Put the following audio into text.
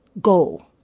goal